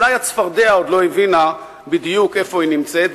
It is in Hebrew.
אולי הצפרדע עוד לא הבינה בדיוק איפה היא נמצאת,